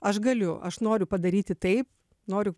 aš galiu aš noriu padaryti taip noriu